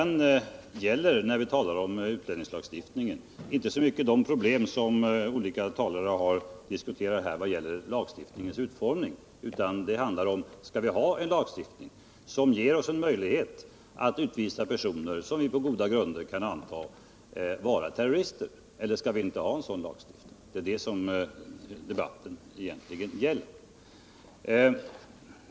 När vi talar om utlänningslagstiftningen gäller det inte så mycket lagens utformning som om vi skall ha en lagstiftning som ger oss en möjlighet att utvisa personer som vi på goda grunder kan anta vara terrorister. Det är det debatten egentligen gäller.